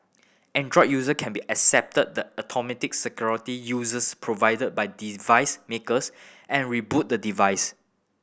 Android user can be accepted the automatic security users provided by device makers and reboot the device